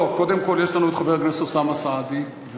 קודם כול חבר הכנסת אוסאמה סעדי,